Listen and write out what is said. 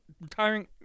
Retiring